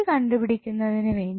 കണ്ടു പിടിക്കുന്നതിനു വേണ്ടി